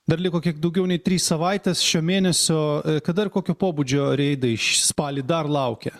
dar liko kiek daugiau nei trys savaitės šio mėnesio kada ir kokio pobūdžio reidai šį spalį dar laukia